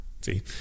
See